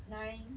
nine